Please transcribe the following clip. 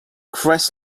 cress